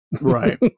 right